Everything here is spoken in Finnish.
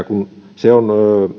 kun se on asiantuntijoiden